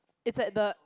is at the